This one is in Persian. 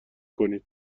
کنید